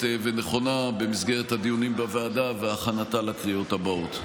ונכונה במסגרת הדיונים בוועדה והכנתה לקריאות הבאות.